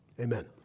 amen